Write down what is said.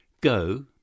Go